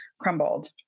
crumbled